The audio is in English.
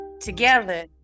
together